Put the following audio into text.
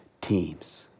teams